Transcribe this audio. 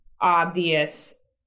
obvious